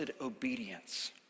obedience